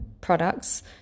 products